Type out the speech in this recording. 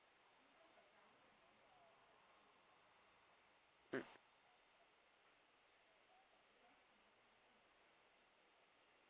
mm